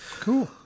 Cool